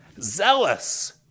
Zealous